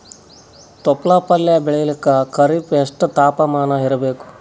ತೊಪ್ಲ ಪಲ್ಯ ಬೆಳೆಯಲಿಕ ಖರೀಫ್ ಎಷ್ಟ ತಾಪಮಾನ ಇರಬೇಕು?